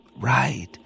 Right